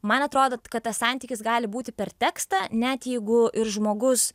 man atrodo kad tas santykis gali būti per tekstą net jeigu ir žmogus